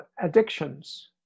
addictions